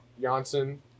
Janssen